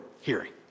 hearing